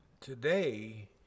Today